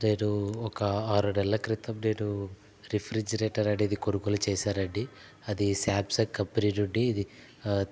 నేను ఒక ఆరు నెలల క్రితం నేను రిఫ్రిజిరేటర్ అనేది కొనుగోలు చేశానండి అది సామ్సంగ్ కంపెనీ నుండి ఇది